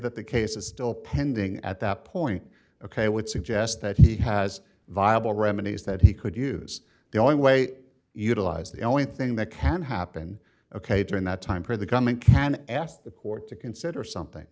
that the case is still pending at that point ok would suggest that he has viable remedies that he could use the only way utilize the only thing that can happen ok during that time for the government can ask the court to consider something